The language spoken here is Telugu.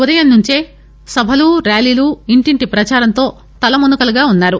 ఉదయం నుంచే సభలు ర్యాలీలు ఇంటింటి ప్రదారంతో తలమునకలుగా ఉన్నారు